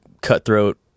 cutthroat